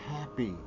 happy